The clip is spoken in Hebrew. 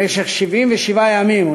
במשך 77 ימים.